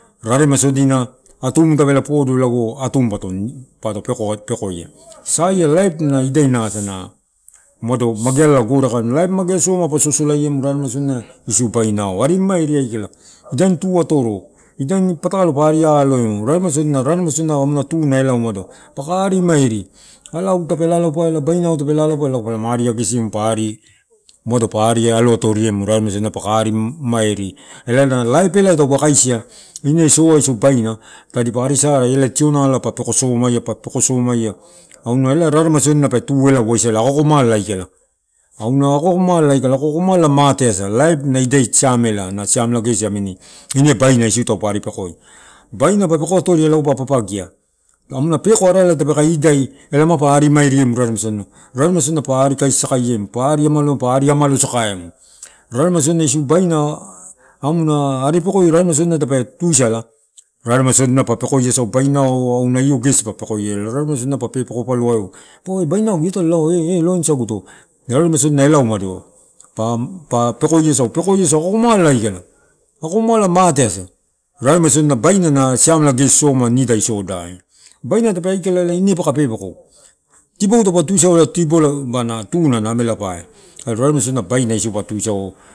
Raremai sodina, atumu tape lo podo, atumu pato pekoia saia laip na idainasa. umado mugealala gore aika. laip magea soma pa sosolaemu, isiu bainau. Arimamairi ikala, igani tu atoro, patalo pa alomoemu, n- rarema amuna tu, na ela umado. Paka ari mamairi, ala tape lalaupa ela, bainau tape la laupaela, lago palama ari age simu, umado pa ari atoroemu, rarema sodina, paka ari mamairi, ela, na laip elai, taupe kaisi ina sea isiiu baina, tionala pa pekosomaia. Pa pekosomaia, pa peko pa peko somaia auna elae raremai sodina elae pe, tu, elaa uasala, ako akomala aika. Auna ako akomala mate asa, laip na ida siamela, na ida siamela gesi amini ine baina isiu tamupa ari pekoi. Baina pa peko atoria lago pa, papagia, amuna peko, arala tapeke idai elai mapa arimamairi mu, raremai sodina, raremaisodina pa ari kaisi sakaemu, pa ari amalo sakaemu, raremaisodina siu baina amuna ari pekoi, raremaisodina tape tusala, raremasodina pa pekoiasau, bainau oh auna io gesi pa pepekoiau, paua ke bainagu ia, talo, eh- eloana saguto, raremaisodina ela umado pa pekoiasau, peko ia sau ako akomala aika akomala mate asa raremai baina na siamela gesi soma nida isodai. Baina tape aikala ela ine paka pepeko, tibou taupatuisau ela tu, baina amela pae, tape agesi baina isi pa tuisau.